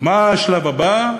מה השלב הבא?